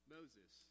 Moses